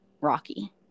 rocky